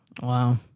Wow